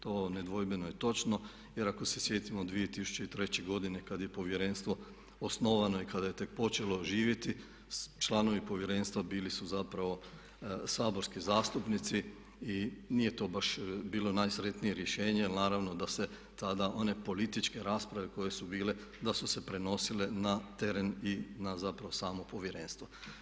To nedvojbeno je točno jer ako se sjetimo 2003. godine kad je povjerenstvo osnovano i kad je tek počelo živjeti članovi povjerenstva bili su zapravo saborski zastupnici i nije to baš bilo najsretnije rješenje jer naravno da se tada one političke rasprave koje su bile da su se prenosile na teren i na zapravo samo povjerenstvo.